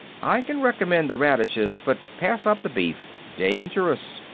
i can recommend the radishes, but pass up the beef. dangerous.